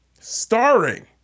Starring